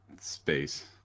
space